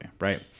right